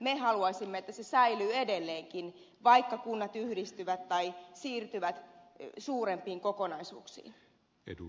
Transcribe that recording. me haluaisimme että se säilyy edelleenkin vaikka kunnat yhdistyvät tai siirtyvät suurempiin kokonaisuuksiin